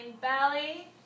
belly